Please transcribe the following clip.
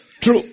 True